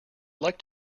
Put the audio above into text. like